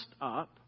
up